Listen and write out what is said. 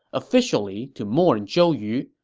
officially to mourn zhou yu,